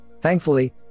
Thankfully